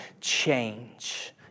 change